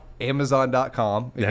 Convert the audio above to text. Amazon.com